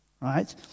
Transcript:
Right